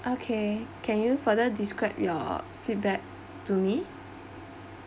okay can you further describe your feedback to me